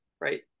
right